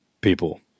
people